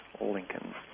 Lincoln